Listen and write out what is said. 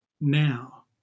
now